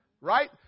right